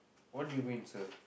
what do you mean sir